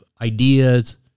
ideas